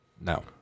No